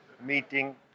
meeting